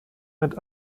mit